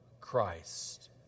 Christ